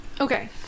Okay